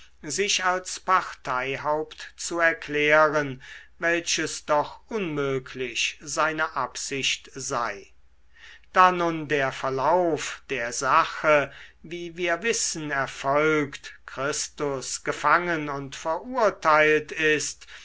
sich als parteihaupt zu erklären welches doch unmöglich seine absicht sei da nun der verlauf der sache wie wir wissen erfolgt christus gefangen und verurteilt ist